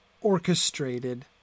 orchestrated